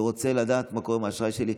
אני רוצה לדעת מה קורה עם האשראי שלי,